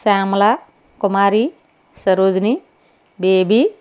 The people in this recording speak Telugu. శ్యామల కుమారి సరోజినీ బేబీ